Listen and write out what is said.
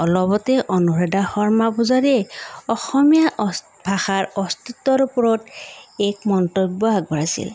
অলপতে অনুৰাধা শৰ্মা পূজাৰীয়ে অসমীয়া অচ ভাষাৰ অস্তিত্বৰ ওপৰত এক মন্তব্য আগবঢ়াইছিল